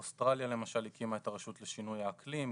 אוסטרליה, למשל, הקימה את הרשות לשינוי האקלים.